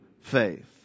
faith